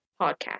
podcast